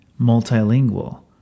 Multilingual